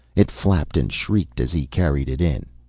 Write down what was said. it flapped and shrieked as he carried it in.